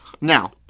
Now